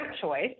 choice